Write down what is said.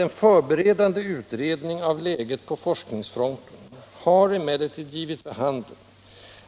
En förberedande utredning av läget på forskningsfronten har emellertid givit vid handen,